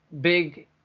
big